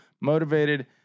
motivated